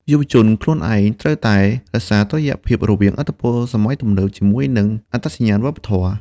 យុវជនខ្លួនឯងត្រូវតែរក្សាតុល្យភាពរវាងឥទ្ធិពលសម័យទំនើបជាមួយនឹងអត្តសញ្ញាណវប្បធម៌។